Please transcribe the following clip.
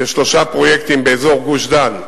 ושלושה פרויקטים באזור גוש-דן,